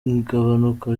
igabanuka